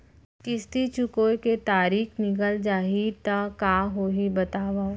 किस्ती चुकोय के तारीक निकल जाही त का होही बताव?